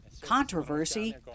controversy